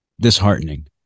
Disheartening